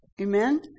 Amen